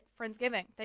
Friendsgiving